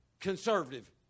conservative